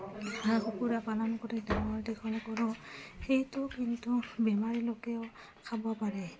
হাঁহ কুকুৰা পালন কৰি ডাঙৰ দীঘল কৰোঁ সেইটো কিন্তু বেমাৰী লোকেও খাব পাৰে